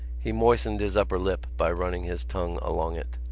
he moistened his upper lip by running his tongue along it.